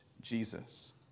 Jesus